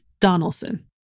Donaldson